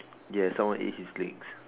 yes someone ate his legs